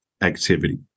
activity